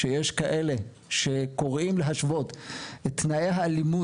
שיש כאלה שקוראים להשוות את תנאי האלימות